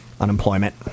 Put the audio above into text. unemployment